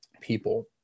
people